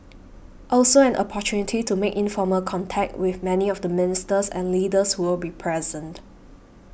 also an opportunity to make informal contact with many of the ministers and leaders who will be present